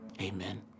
Amen